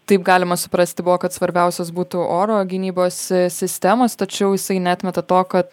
taip galima suprasti buvo kad svarbiausios būtų oro gynybos sistemos tačiau jisai neatmeta to kad